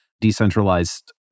decentralized